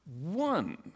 one